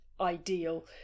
ideal